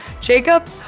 Jacob